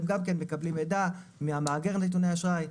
הם גם כן מקבלים מידע מהמאגר נתוני אשראי.